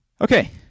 okay